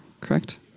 correct